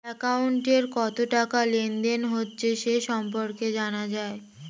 অ্যাকাউন্টে কত টাকা লেনদেন হয়েছে সে সম্পর্কে জানা যায়